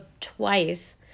twice